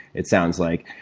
it sounds like.